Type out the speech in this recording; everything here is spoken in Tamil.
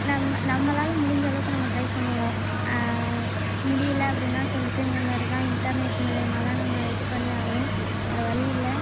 நம்ம நம்மளால் முடிஞ்சளவுக்கு நம்ம ட்ரை பண்ணுவோம் முடியலை அப்படின்னா சொல்லிட்டு இந்தமாதிரிதான் இன்டர்நெட் மூலயமாதான் நம்ம இது பண்ணியாகணும் வேறு வழி இல்லை